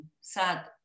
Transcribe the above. sad